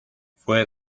fue